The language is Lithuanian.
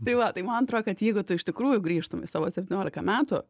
tai va tai man atro kad jeigu tu iš tikrųjų grįžtum į savo septynioliką metų